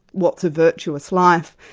what's a virtuous life?